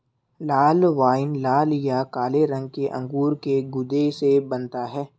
लाल wine लाल या काले रंग के अंगूर के गूदे से बनता है